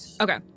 Okay